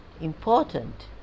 important